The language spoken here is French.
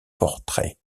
portrait